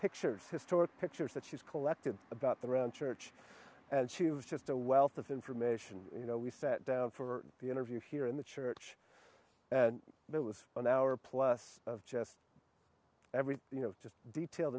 pictures historic pictures that she's collected about the round church and she was just a wealth of information you know we sat down for the interview here in the church that was an hour plus just every you know just detailed